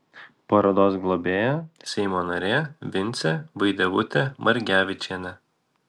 parodos globėja seimo narė vincė vaidevutė margevičienė